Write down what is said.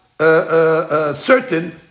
certain